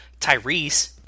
Tyrese